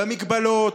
במגבלות,